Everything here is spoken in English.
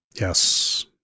Yes